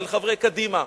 חברי קדימה,